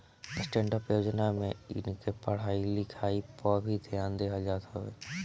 stand up योजना में इनके पढ़ाई लिखाई पअ भी ध्यान देहल जात हवे